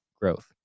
growth